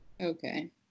Okay